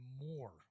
more